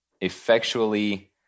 effectually